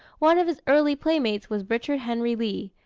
one of his early playmates was richard henry lee,